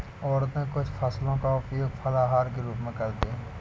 औरतें कुछ फसलों का उपयोग फलाहार के रूप में करते हैं